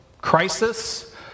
crisis